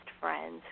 friends